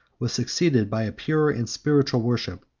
was succeeded by a pure and spiritual worship,